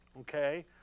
Okay